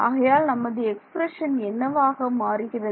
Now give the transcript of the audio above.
ஆகையால் நமது எக்ஸ்பிரஷன் என்னவாக மாறுகிறது